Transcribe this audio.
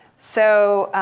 so